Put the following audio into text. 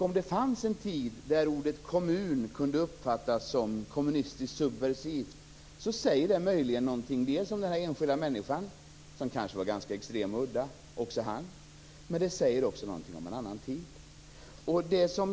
Om det fanns en tid där ordet kommun kunde uppfattas som kommunistiskt subversivt, säger det möjligen någonting mer om den enskilda människan, som kanske var extremt udda, men det säger också någonting om en annan tid.